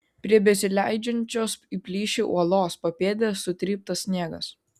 prie besileidžiančios į plyšį uolos papėdės sutryptas sniegas